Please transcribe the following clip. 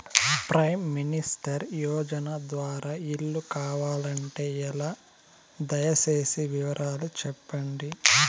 Prime minister Yojana ద్వారా ఇల్లు కావాలంటే ఎలా? దయ సేసి వివరాలు సెప్పండి?